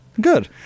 Good